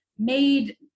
made